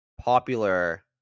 popular